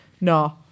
No